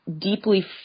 deeply